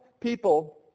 people